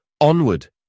onward